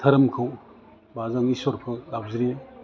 दोहोरोमखौ बा जों इस्वरखौ गाबज्रियो